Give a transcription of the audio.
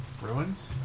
ruins